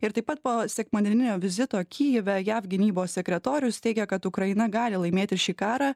ir taip pat po sekmadieninio vizito kijeve jav gynybos sekretorius teigia kad ukraina gali laimėti šį karą